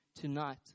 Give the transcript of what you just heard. tonight